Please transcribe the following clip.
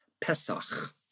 Pesach